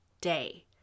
day